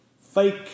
fake